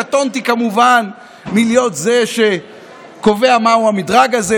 קטונתי כמובן מלהיות זה שקובע מהו המדרג הזה,